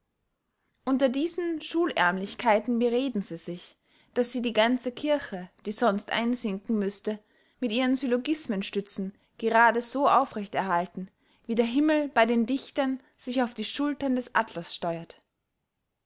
unter diesen schulärmlichkeiten bereden sie sich daß sie die ganze kirche die sonst einsinken müßte mit ihren syllogismenstützen gerade so aufrecht erhalten wie der himmel bey den dichtern sich auf die schultern des atlas steuert